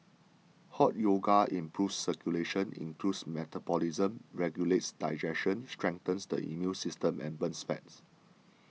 Hot Yoga improves circulation increases metabolism regulates digestion strengthens the immune system and burns fat